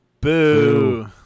Boo